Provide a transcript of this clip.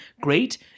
Great